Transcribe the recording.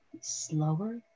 slower